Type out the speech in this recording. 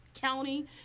county